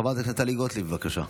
חברת הכנסת טלי גוטליב, בבקשה.